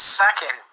second